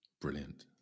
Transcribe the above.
Brilliant